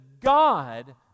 God